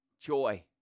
joy